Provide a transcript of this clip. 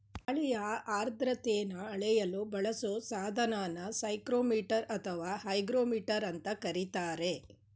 ಗಾಳಿಯ ಆರ್ದ್ರತೆನ ಅಳೆಯಲು ಬಳಸೊ ಸಾಧನನ ಸೈಕ್ರೋಮೀಟರ್ ಅಥವಾ ಹೈಗ್ರೋಮೀಟರ್ ಅಂತ ಕರೀತಾರೆ